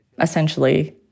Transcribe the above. essentially